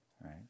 right